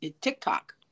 TikTok